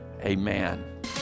Amen